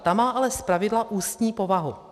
Ta má ale zpravidla ústní povahu.